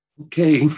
Okay